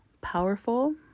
powerful